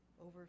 over